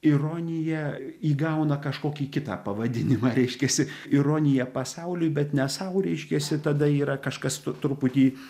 ironija įgauna kažkokį kitą pavadinimą reiškiasi ironija pasauliui bet ne sau reiškiasi tada yra kažkas truputį